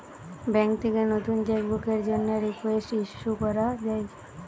bank থেকে নতুন cheque বুকের জন্যে রিকোয়েস্ট ইস্যু করা যায়